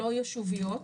לא יישוביות,